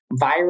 viral